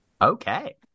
okay